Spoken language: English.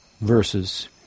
verses